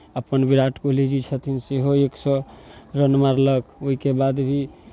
अपन विराट कोहली जी छथिन सेहो एक सए रन मारलक ओहिके बाद भी